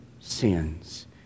sins